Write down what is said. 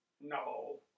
no